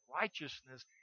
righteousness